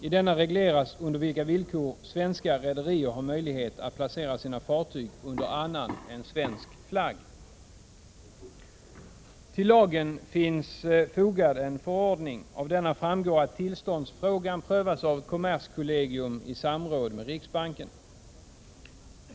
I denna regleras under vilka villkor svenska rederier har möjlighet att placera sina fartyg under annan än svensk flagg. Till lagen finns fogad en förordning. Av denna framgår att tillståndsfrågan prövas av kommerskollegium i samråd med riksbanken.